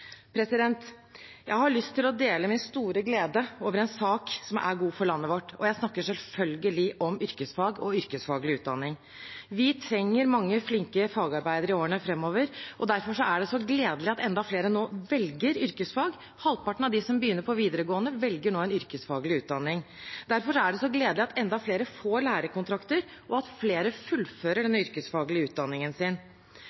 Jeg har lyst til å dele min store glede over en sak som er god for landet vårt. Jeg snakker selvfølgelig om yrkesfag og yrkesfaglig utdanning. Vi trenger mange flinke fagarbeidere i årene framover, og derfor er det så gledelig at enda flere nå velger yrkesfag. Halvparten av dem som begynner på videregående, velger nå en yrkesfaglig utdanning. Derfor er det så gledelig at enda flere får lærekontrakter, og at flere fullfører